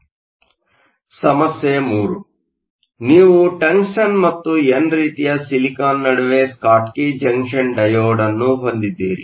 ಸಮಸ್ಯೆ 3 ನೀವು ಟಂಗ್ಸ್ಟನ್ ಮತ್ತು ಎನ್ ರೀತಿಯ ಸಿಲಿಕಾನ್ ನಡುವೆ ಸ್ಕಾಟ್ಕಿ ಜಂಕ್ಷನ್ ಡಯೋಡ್ ಅನ್ನು ಹೊಂದಿದ್ದೀರಿ